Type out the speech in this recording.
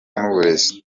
n’uburezi